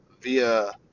via